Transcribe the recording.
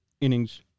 innings